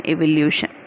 Evolution